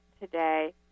today